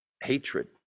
hatred